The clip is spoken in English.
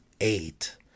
eight